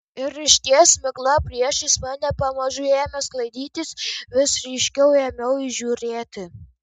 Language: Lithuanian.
ir išties migla priešais mane pamažu ėmė sklaidytis vis ryškiau ėmiau įžiūrėti